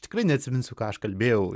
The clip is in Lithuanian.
tikrai neatsiminsiu ką aš kalbėjau